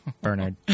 Bernard